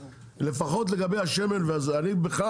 לפחות לגבי השמן וה בכלל,